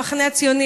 המחנה הציוני,